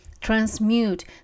transmute